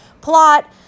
plot